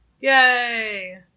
Yay